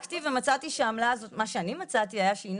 מה שאני מצאתי הוא שהעמלה הזו שהיא